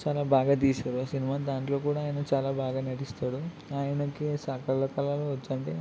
చాలా బాగా తీశారు ఆ సినిమా దాంట్లో కూడా ఆయన చాలా బాగా నటిస్తాడు ఆయనకి సకల కళలు వచ్చండి